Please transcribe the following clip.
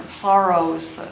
sorrows